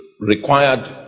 required